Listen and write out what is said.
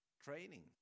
Training